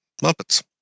Muppets